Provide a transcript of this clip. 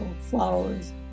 flowers